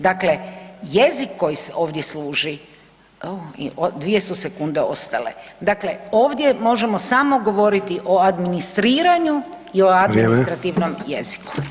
Dakle, jezik koji se ovdje služi, dvije su sekunde ostale, dakle ovdje možemo samo govoriti o administriranju i o [[Upadica: Vrijeme]] administrativnom jeziku.